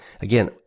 Again